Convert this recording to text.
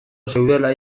zeudela